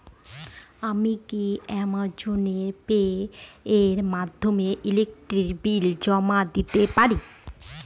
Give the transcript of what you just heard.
আমি কি Amazon Pay এর মাধ্যমে ইলেকট্রিক বিল জমা দিতে পারি?